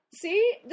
See